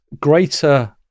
greater